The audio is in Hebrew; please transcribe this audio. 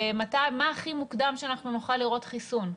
מה הכי מוקדם שנוכל לראות חיסון?